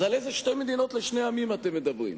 אז על אילו שתי מדינות לשני עמים אתם מדברים?